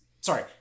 sorry